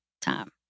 time